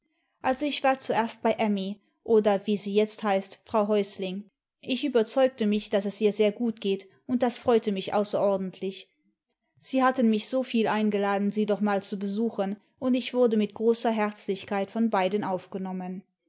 also ich war zuerst bei emmy oder wie sie jetzt heißt frau häusling ich überzeugte mich daß es ihr sehr gut geht und das freut mich außerordentlich sie hatten mich so viel eingeladen sie doch mal zu besuchen lind ich wurde mit großer herzlichkeit von beiden aufgenommen